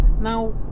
Now